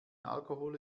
alkohol